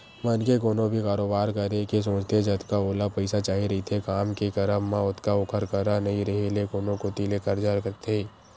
मनखे कोनो भी कारोबार करे के सोचथे जतका ओला पइसा चाही रहिथे काम के करब म ओतका ओखर करा नइ रेहे ले कोनो कोती ले करजा करथे